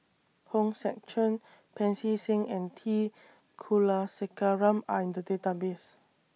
Hong Sek Chern Pancy Seng and T Kulasekaram Are in The Database